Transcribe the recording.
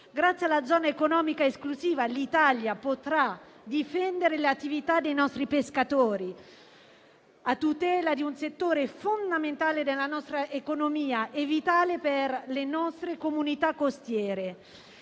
Grazie alla zona economica esclusiva, l'Italia potrà difendere le attività dei nostri pescatori a tutela di un settore fondamentale della nostra economia, vitale per le nostre comunità costiere.